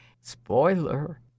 spoiler